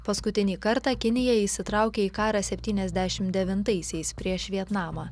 paskutinį kartą kinija įsitraukė į karą septyniasdešimt devintaisiais prieš vietnamą